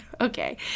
okay